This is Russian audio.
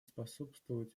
способствовать